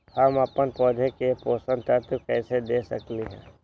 हम अपन पौधा के पोषक तत्व कैसे दे सकली ह?